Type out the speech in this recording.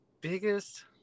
biggest